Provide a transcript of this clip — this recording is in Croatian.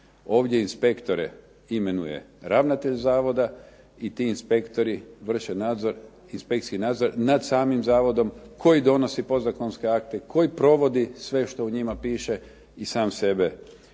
ovdje inspektore imenuje ravnatelj zavoda i ti inspektori vrše inspekcijski nadzor nad samim zavodom koji donosi podzakonske akte, koji provodi sve što u njima piše i sam sebe